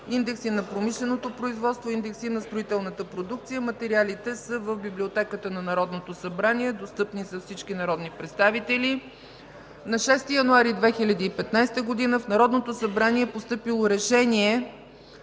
индекси на промишленото производство; индекси на строителната продукция. Материалите са в Библиотеката на Народното събрание, достъпни за всички народни представители. На 6 януари 2015 г. в Народното събрание е постъпило Решение